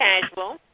casual